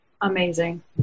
Amazing